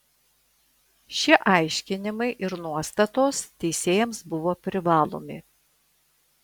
šie aiškinimai ir nuostatos teisėjams buvo privalomi